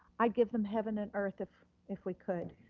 i'd give them heaven and earth, if if we could,